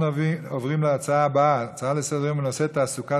נעבור להצעות לסדר-היום בנושא: תעסוקת